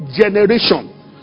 generation